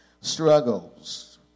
struggles